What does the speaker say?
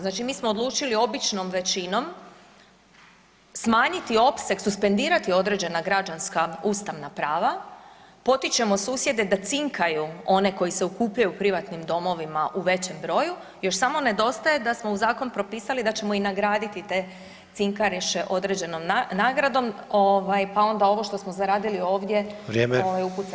Znači mi smo odlučili običnom većinom smanjiti opseg, suspendirati određena građanska ustavna prava, potičemo susjede da cinkaju one koji se okupljaju u privatnim domovima u većem broju, još samo nedostaje da smo u zakon propisali da ćemo i nagraditi te cinkaroše određenom nagradom ovaj pa onda ovo što smo zaradili ovdje [[Upadica: Vrijeme.]] ovaj upucati u nešto drugo.